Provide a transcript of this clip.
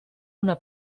una